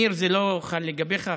ניר, זה לא חל לגביך,